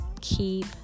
Keep